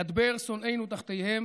ידבר שונאינו תחתיהם